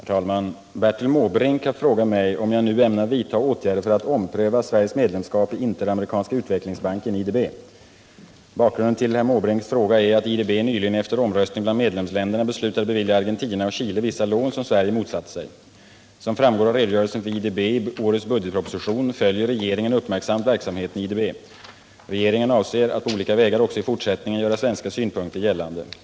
Herr talman! Bertil Måbrink har frågat mig om jag nu ämnar vidta åtgärder för att ompröva Sveriges medlemskap i Interamerikanska utvecklingsbanken . Bakgrunden till herr Måbrinks fråga är att IDB nyligen efter omröstning bland medlemsländerna beslutade bevilja Argentina och Chile vissa lån, som Sverige motsatte sig. Som framgår av redogörelse för IDB i årets budgetproposition följer regeringen uppmärksamt verksamheten i IDB. Regeringen avser att på olika vägar också i fortsättningen göra svenska synpunkter gällande.